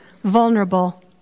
vulnerable